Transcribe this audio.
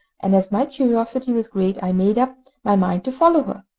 and as my curiosity was great i made up my mind to follow her.